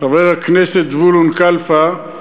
חבר הכנסת זבולון קלפה,